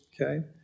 okay